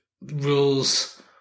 rules